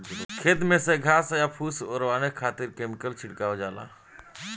खेत में से घास आ फूस ओरवावे खातिर भी केमिकल छिड़कल जाला